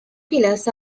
pillars